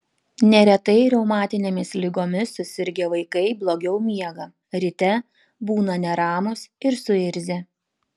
neretai reumatinėmis ligomis susirgę vaikai blogiau miega ryte būna neramūs ir suirzę